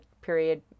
period